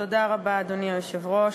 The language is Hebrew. אדוני היושב-ראש,